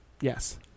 Yes